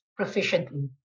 proficiently